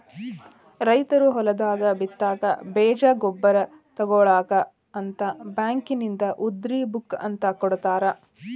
ರೈತರು ಹೊಲದಾಗ ಬಿತ್ತಾಕ ಬೇಜ ಗೊಬ್ಬರ ತುಗೋಳಾಕ ಅಂತ ಬ್ಯಾಂಕಿನಿಂದ ಉದ್ರಿ ಬುಕ್ ಅಂತ ಕೊಡತಾರ